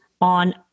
on